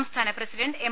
സംസ്ഥാന president M